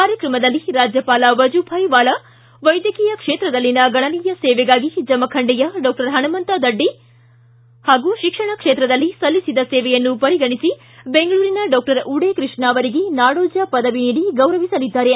ಕಾರ್ಯಕ್ರಮದಲ್ಲಿ ರಾಜ್ಯಪಾಲ ವಜುಭಾಯ್ ವಾಲಾ ವೈದ್ಯಕೀಯ ಕ್ಷೇತ್ರದಲ್ಲಿನ ಗಣನೀಯ ಸೇವೆಗಾಗಿ ಜಮಖಂಡಿಯ ಡಾಕ್ಟರ್ ಹಣಮಂತ ದಡ್ಡಿ ಹಾಗೂ ಶಿಕ್ಷಣ ಕ್ಷೇತ್ರದಲ್ಲಿ ಸಲ್ಲಿಬದ ಸೇವೆಯನ್ನು ಪರಿಗಣಿಸಿ ಬೆಂಗಳೂರಿನ ಡಾಕ್ಟರ್ ವೂಡೇ ಕೃಷ್ಣ ಅವರಿಗೆ ನಾಡೋಜ ಪದವಿ ನೀಡಿ ಗೌರವಿಸಲಿದ್ದಾರೆ